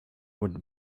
would